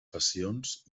passions